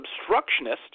obstructionist